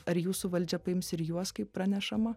ar jūsų valdžia paims ir juos kaip pranešama